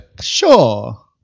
Sure